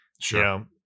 sure